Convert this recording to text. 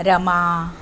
Rama